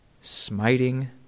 smiting